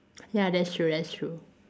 ya that's true that's true